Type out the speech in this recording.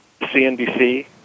CNBC